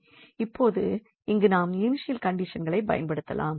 இப்பொழுது இங்கு நாம் இனிஷியல் கண்டிஷன்களை பயன்படுத்தலாம்